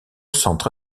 centre